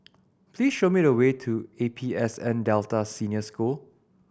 please show me the way to A P S N Delta Senior School